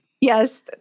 Yes